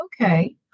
Okay